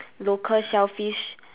local shellfish